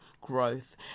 growth